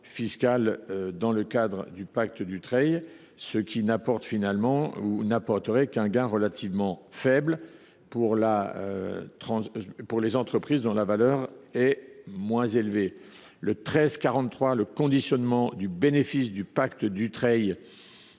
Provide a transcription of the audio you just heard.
fiscal dans le cadre du pacte Dutreil, ce qui n’apporterait qu’un gain relativement faible pour les entreprises dont la valeur est moins élevée. L’amendement n° I 1343 prévoit le conditionnement du bénéfice du pacte Dutreil